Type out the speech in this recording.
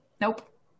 Nope